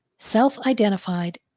self-identified